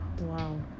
wow